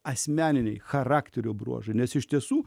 asmeniniai charakterio bruožų nes iš tiesų